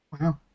Wow